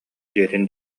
дьиэтин